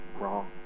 wrong